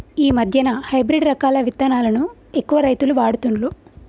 ఈ మధ్యన హైబ్రిడ్ రకాల విత్తనాలను ఎక్కువ రైతులు వాడుతుండ్లు